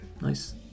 Nice